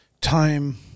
time